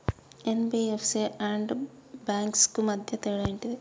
NBFC and banks కు మధ్య తేడా ఏంటిది?